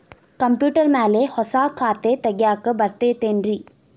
Computer ಮ್ಯಾಲೆ ಹೊಸಾ ಖಾತೆ ತಗ್ಯಾಕ್ ಬರತೈತಿ ಏನ್ರಿ?